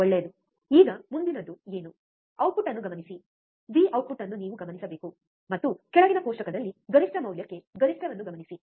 ಒಳ್ಳೆಯದು ಈಗ ಮುಂದಿನದು ಏನು ಔಟ್ಪುಟ್ ಅನ್ನು ಗಮನಿಸಿ ವಿ ಔಟ್ಪುಟ್ ಅನ್ನು ನೀವು ಗಮನಿಸಬೇಕು ಮತ್ತು ಕೆಳಗಿನ ಕೋಷ್ಟಕದಲ್ಲಿ ಗರಿಷ್ಠ ಮೌಲ್ಯಕ್ಕೆ ಗರಿಷ್ಠವನ್ನು ಗಮನಿಸಿ